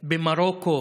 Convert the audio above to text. במרוקו,